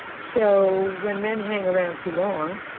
so when men hang around too long,